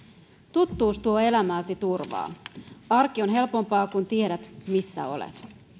tuttuus tuo elämääsi turvaa arki on helpompaa kun tiedät missä olet